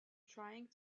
trying